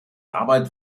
arbeit